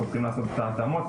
אנחנו צריכים לעשות את ההתאמות,